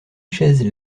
chaises